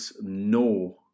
no